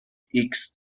ایکس